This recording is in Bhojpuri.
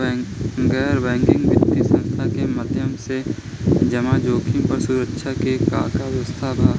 गैर बैंकिंग वित्तीय संस्था के माध्यम से जमा जोखिम पर सुरक्षा के का व्यवस्था ह?